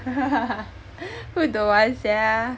who don't want sia